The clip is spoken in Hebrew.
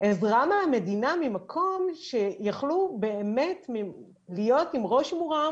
עזרה מהמדינה ממקום שיכלו באמת להיות עם ראש מורם